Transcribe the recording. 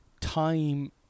time